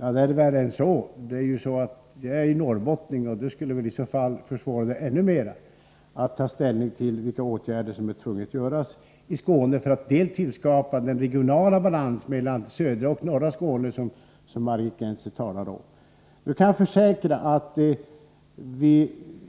Ja, det är väl värre än så — jag är norrbottning, och det skulle väl göra det ännu svårare för mig att ta ställning till vilka åtgärder som måste vidtas i Skåne för att tillskapa den regionala balans mellan södra och norra Skåne som Margit Gennser talar om. Nu kan jag försäkra att